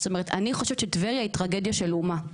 זאת אומרת, אני חושבת שטבריה היא טרגדיה של אומה.